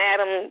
Adam